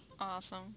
Awesome